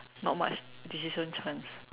not much decision chance